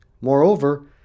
Moreover